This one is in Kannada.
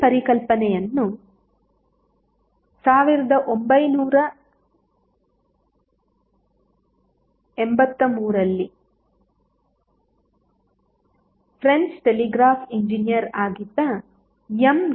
ಈ ಪರಿಕಲ್ಪನೆಯನ್ನು 1883 ರಲ್ಲಿ ಫ್ರೆಂಚ್ ಟೆಲಿಗ್ರಾಫ್ ಎಂಜಿನಿಯರ್ ಆಗಿದ್ದ ಎಂ